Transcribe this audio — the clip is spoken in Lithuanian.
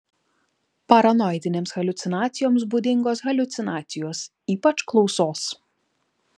paranoidinėms haliucinacijoms būdingos haliucinacijos ypač klausos